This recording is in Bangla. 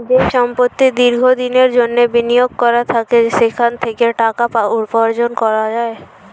যে সম্পত্তি দীর্ঘ দিনের জন্যে বিনিয়োগ করা থাকে সেখান থেকে টাকা উপার্জন করা যায়